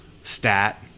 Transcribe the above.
stat